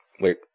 Wait